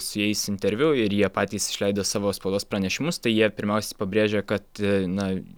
su jais interviu ir jie patys išleidę savo spaudos pranešimus tai jie pirmiausia pabrėžia kad na